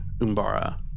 Umbara